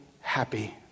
happy